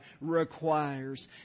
requires